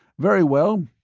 very well,